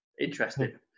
Interesting